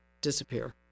disappear